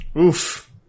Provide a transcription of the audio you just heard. Oof